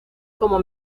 como